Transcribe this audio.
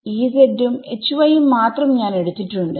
Ezഉം Hy യും മാത്രം ഞാൻ എടുത്തിട്ടുണ്ട്